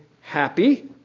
happy